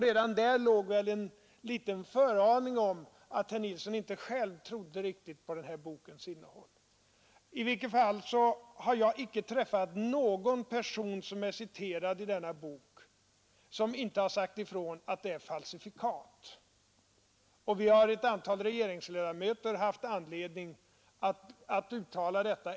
Redan däri låg en liten föraning om att herr Ni inte själv trodde riktigt på bokens innehåll. I vilket fall som helst har jag icke träffat någon person som är citerad i denna bok och som inte har sagt ifrån att den är ett falsifikat. Ett antal regeringsledamöter har haft anledning att uttala detta.